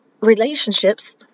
relationships